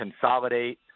consolidate